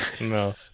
No